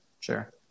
Sure